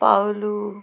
Pavlu